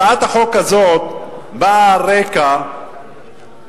הצעת החוק הזאת באה על רקע זה